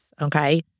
Okay